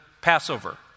Passover